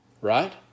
right